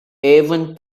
evan